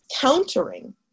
countering